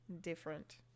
different